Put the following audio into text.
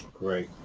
great.